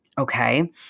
Okay